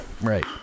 Right